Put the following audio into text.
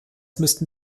müssten